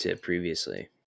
previously